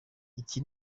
iki